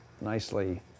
nicely